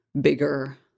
bigger